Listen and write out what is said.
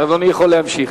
אדוני יכול להמשיך.